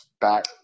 back